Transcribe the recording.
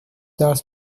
درس